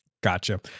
Gotcha